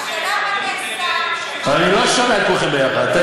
השאלה היא מה קורה עד עכשיו עם כל הדוחות, בבקשה?